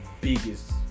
biggest